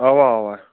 اَوا اَوا